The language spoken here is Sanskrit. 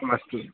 आमस्तु